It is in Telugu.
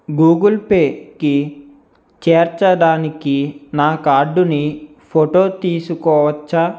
గూగుల్పే కి చేర్చడానికి నా కార్డుని ఫోటో తీసుకోవచ్చా